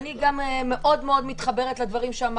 אני מאוד מאוד מתחברת לדברים שאמר